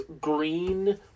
green